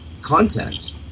content